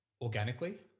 organically